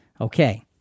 Okay